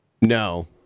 No